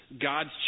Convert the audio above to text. God's